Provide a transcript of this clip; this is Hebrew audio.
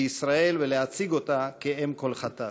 בישראל ולהציג אותה כאם כל חטאת.